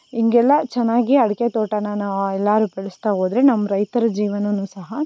ಹಿಂಗೆಲ್ಲಾ ಚೆನ್ನಾಗಿ ಅಡಿಕೆ ತೋಟಾನ ನಾವು ಎಲ್ಲರೂ ಬೆಳೆಸ್ತಾ ಹೋದ್ರೆ ನಮ್ಮ ರೈತರ ಜೀವನವೂ ಸಹ